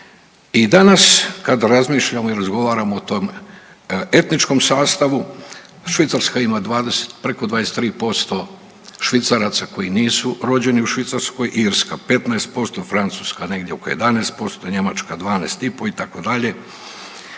i danas kad razmišljamo i razgovaramo o tom etničkom sastavu, Švicarska ima 20, preko 23% Švicaraca koji nisu rođeni u Švicarskoj, Irska 15%, Francuska negdje oko 11%, Njemačka 12,5, itd.,